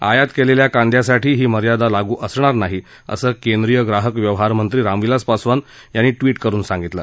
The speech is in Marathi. आयात केलेल्या कांद्यासाठी ही मर्यादा लागू असणार नाही असं केंद्रीय ग्राहक व्यवहारमंत्री रामविलास पासवान यांनी ट्वीट करून सांगितलं